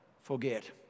forget